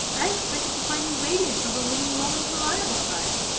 i expected to find you radiant over winning rollings reliable prize.